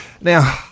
Now